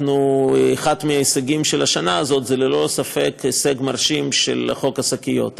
אחד מההישגים של השנה הזאת הוא ללא ספק ההישג המרשים של חוק השקיות,